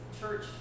church